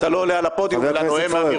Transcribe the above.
אתה לא נואם על הפודיום אלא נואם מהמרפסת.